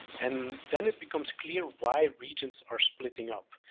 and then it becomes clear why regions are splitting up.